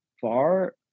far